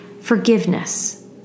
forgiveness